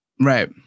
Right